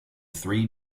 three